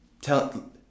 tell